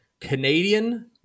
canadian